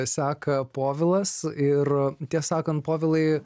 seka povilas ir tiesą sakant povilai